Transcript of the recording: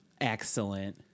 excellent